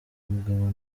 mugabo